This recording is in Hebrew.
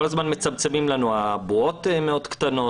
כל הזמן מצמצמים לנו והבועות מאוד קטנות.